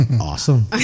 Awesome